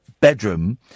bedroom